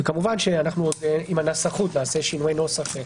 כמובן, עם הנסחות נעשה שינויי נוסח.